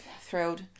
thrilled